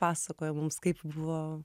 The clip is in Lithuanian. pasakojo mums kaip buvo